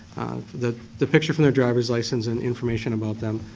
the the picture from their drivers license and information about them.